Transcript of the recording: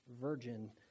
virgin